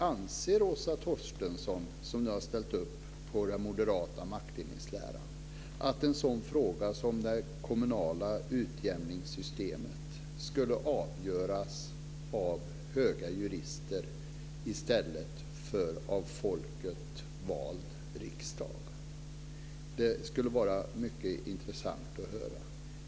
Anser Åsa Torstensson, som nu har ställt upp på den moderata maktdelningsläran, att en sådan fråga som det kommunala utjämningssystemet ska avgöras av höga jurister i stället för av folket vald riksdag? Det skulle vara mycket intressant att höra.